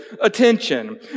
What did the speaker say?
attention